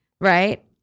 right